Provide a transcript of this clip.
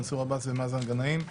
מנסור עבאס ומאזן גנאים,